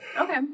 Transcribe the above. Okay